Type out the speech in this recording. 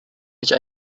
nicht